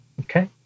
Okay